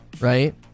Right